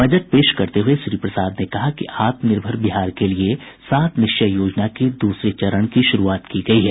budget पेश करते हुए श्री प्रसाद ने कहा कि आत्मनिर्भर बिहार के लिये सात निश्चय योजना के द्रसरे चरण की शुरूआत की गयी है